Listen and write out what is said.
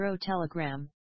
Telegram